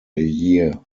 year